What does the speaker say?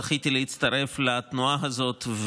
זכיתי להצטרף לתנועה הזאת,